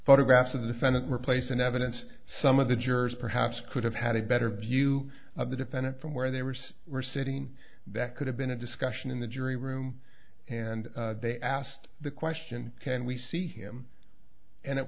photographs of the defendant were placed in evidence some of the jurors perhaps could have had a better view of the defendant from where they were were sitting that could have been a discussion in the jury room and they asked the question can we see him and it